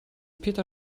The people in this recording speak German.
peter